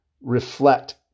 reflect